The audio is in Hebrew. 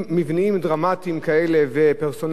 וגם שינויים התנהלותיים כאלה עמוקים,